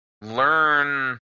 learn